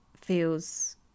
feels